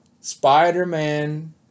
Spider-Man